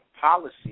policy